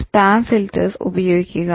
spam filters ഉപയോഗിക്കുക